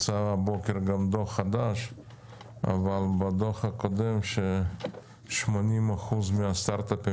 אבל ראינו בדוח הקודם ש-80% מהסטארטאפים